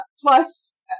plus